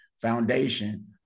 Foundation